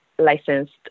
licensed